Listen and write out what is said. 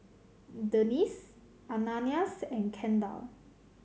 Dennis Ananias and Kendall